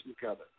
together